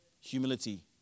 Humility